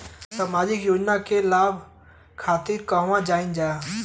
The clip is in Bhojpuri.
सामाजिक योजना के लाभ खातिर कहवा जाई जा?